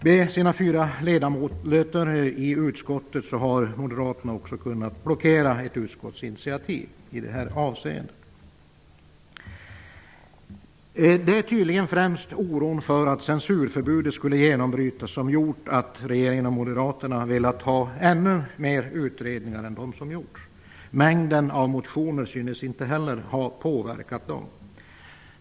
Med sina 4 ledamöter i utskottet har moderaterna också kunnat blockera ett utskottsinitiativ i det här avseendet. Det är tydligen främst oron för att censurförbudet skulle genombrytas som gjort att regeringen och moderaterna har velat ha ännu mer utredningar än de som gjorts. Mängden av motioner synes inte heller ha påverkat dem.